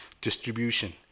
distribution